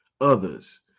others